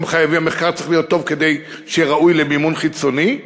המחקר צריך להיות טוב כדי שיהיה ראוי למימון חיצוני.